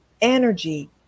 energy